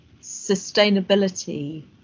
sustainability